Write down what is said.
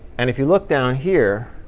and if you look down here,